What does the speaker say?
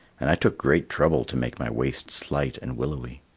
and i took great trouble to make my waist slight and willowy.